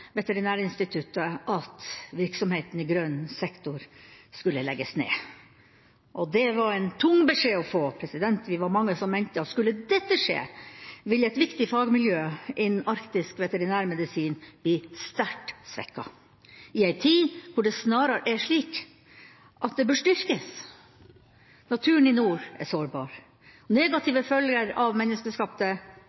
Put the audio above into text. Veterinærinstituttet at virksomheten i grønn sektor skulle legges ned. Det var en tung beskjed å få, og vi var mange som mente at skulle dette skje, ville et viktig fagmiljø innen arktisk veterinærmedisin bli sterkt svekket, i en tid da det snarere bør styrkes. Naturen i nord er sårbar, og negative følger av menneskeskapte